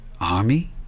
Army